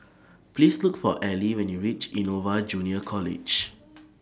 Please Look For Allie when YOU REACH Innova Junior College